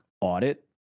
audit